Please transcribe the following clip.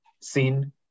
seen